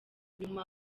nyuma